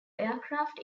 aircraft